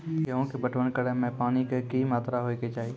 गेहूँ के पटवन करै मे पानी के कि मात्रा होय केचाही?